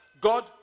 God